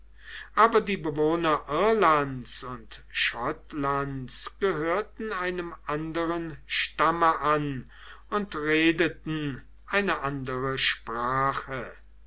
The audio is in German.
aber die bewohner irlands und schottlands gehörten einem anderen stamme an und redeten eine andere sprache